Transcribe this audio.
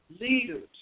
leaders